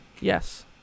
Yes